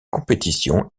compétitions